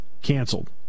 Canceled